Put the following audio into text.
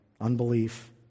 unbelief